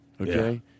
Okay